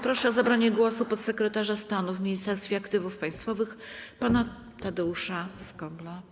Proszę o zabranie głosu podsekretarza stanu w Ministerstwie Aktywów Państwowych pana Tadeusza Skobla.